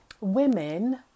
women